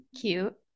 Cute